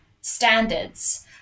standards